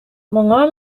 моңа